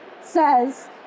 says